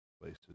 places